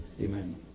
Amen